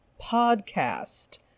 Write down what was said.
podcast